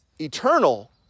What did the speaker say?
eternal